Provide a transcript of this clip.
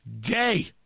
day